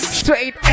straight